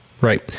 Right